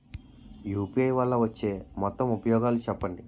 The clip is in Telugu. యు.పి.ఐ వల్ల వచ్చే మొత్తం ఉపయోగాలు చెప్పండి?